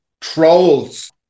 trolls